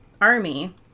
army